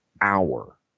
hour